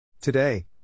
Today